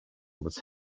was